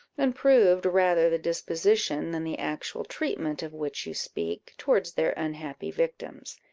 and proved rather the disposition than the actual treatment of which you speak towards their unhappy victims.